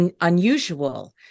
unusual